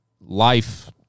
life